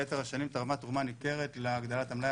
ביתר השנים תרמה תרומה ניכרת להגדלת המלאי